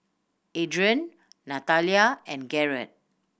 Adrain Natalia and Garrett